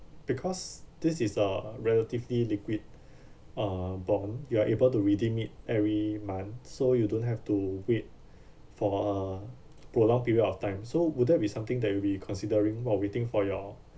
because this is a relatively liquid uh bond you are able to redeem it every month so you don't have to wait for a prolonged period of time so would that be something that will be considering while waiting for your